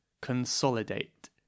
Consolidate